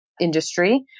industry